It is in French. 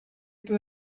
peut